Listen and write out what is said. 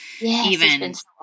Yes